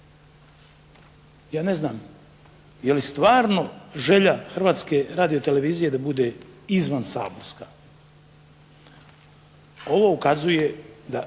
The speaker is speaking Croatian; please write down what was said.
Ja ne znam je li stvarno želja Hrvatske radiotelevizije da bude izvansaborska. Ovo ukazuje,